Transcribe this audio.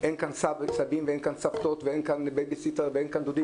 אין כאן סבים וסבתות ואין דודים.